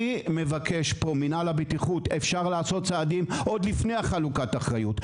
אני מבקש פה ממינהל הבטיחות אפשר לעשות צעדים עוד לפני חלוקת האחריות.